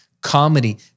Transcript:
comedy